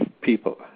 people